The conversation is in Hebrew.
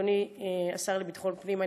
אדוני השר לביטחון הפנים,